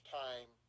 time